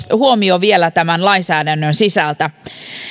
huomio vielä tämän lainsäädännön sisältä